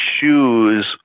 choose